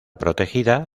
protegida